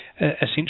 essentially